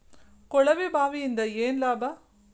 ಕೊಳವೆ ಬಾವಿಯಿಂದ ಏನ್ ಲಾಭಾ?